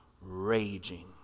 raging